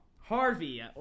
Harvey